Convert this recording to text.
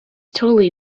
totally